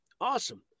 Awesome